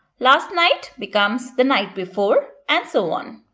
last night becomes the night before. and so on,